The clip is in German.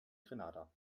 grenada